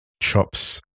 chops